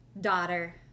daughter